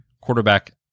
quarterback